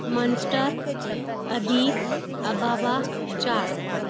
monster Addis Ababa चार